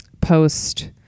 post